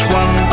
one